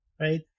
right